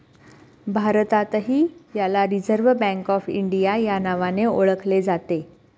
भारतातही याला Reserve Bank of India या नावाने ओळखले जाते